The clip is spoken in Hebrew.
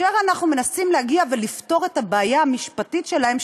אנחנו מנסים להגיע ולפתור את הבעיה המשפטית שלהם,